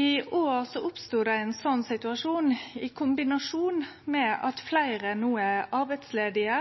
I år oppstod det ein slik situasjon i kombinasjon med at fleire no er arbeidsledige